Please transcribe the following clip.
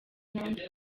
n’abandi